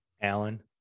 Alan